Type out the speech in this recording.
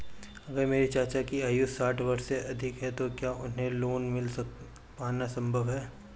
अगर मेरे चाचा की आयु साठ वर्ष से अधिक है तो क्या उन्हें लोन मिल पाना संभव है?